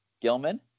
gilman